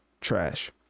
trash